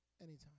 Anytime